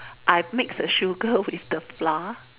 I mix the sugar with the flour